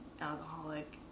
alcoholic